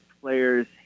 players